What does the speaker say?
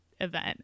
event